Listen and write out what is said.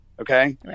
okay